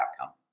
outcome